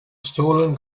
stolen